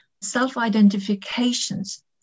self-identifications